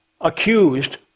accused